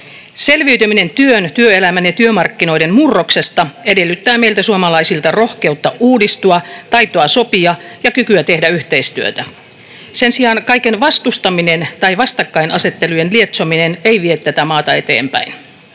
Selviytyminen työn, työelämän ja työmarkkinoiden murroksesta edellyttää meiltä suomalaisilta rohkeutta uudistua, taitoa sopia ja kykyä tehdä yhteistyötä. Sen sijaan kaiken vastustaminen tai vastakkainasettelujen lietsominen ei vie tätä maata eteenpäin.